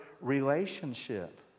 relationship